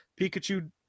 Pikachu